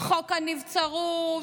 חוק הנבצרות,